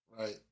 Right